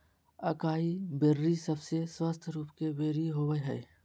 acai berry सबसे स्वस्थ रूप के बेरी होबय हइ